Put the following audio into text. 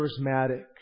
charismatic